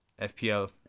FPL